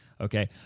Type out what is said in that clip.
Okay